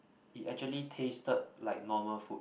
it actually tasted like normal food